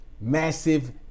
massive